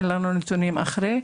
אין לנו נתונים מאוחרים יותר.